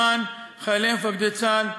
למען חיילי ומפקדי צה"ל,